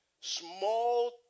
small